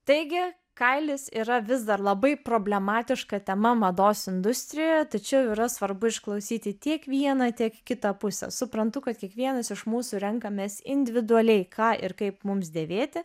taigi kailis yra vis dar labai problematiška tema mados industrijoje tačiau yra svarbu išklausyti tiek vieną tiek kitą pusę suprantu kad kiekvienas iš mūsų renkamės individualiai ką ir kaip mums dėvėti